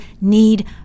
need